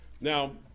Now